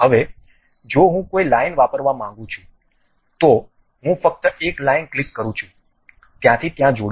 હવે જો હું કોઈ લાઇન વાપરવા માંગું છું તો હું ફક્ત એક લાઇન ક્લિક કરું છું ત્યાંથી ત્યાં જોડીશ